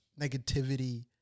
negativity